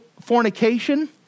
fornication